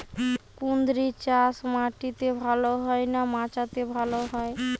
কুঁদরি চাষ মাটিতে ভালো হয় না মাচাতে ভালো হয়?